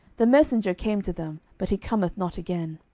the messenger came to them, but he cometh not again.